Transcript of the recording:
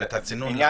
צינון זה דבר